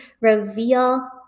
reveal